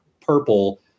purple